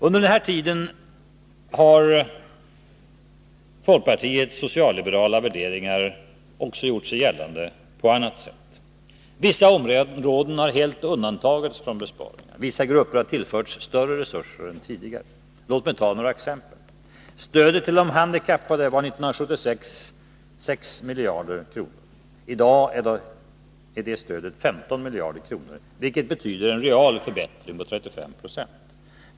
Under den här tiden har folkpartiets socialliberala värderingar också gjort sig gällande på annat sätt. Vissa områden har helt undantagits från besparingar. Vissa grupper har tillförts större resurser än tidigare. Låt mig ta några exempel: Stödet till de handikappade var 1976 6 miljarder. I dag är det 15 miljarder, vilket betyder en real förbättring på 35 procent.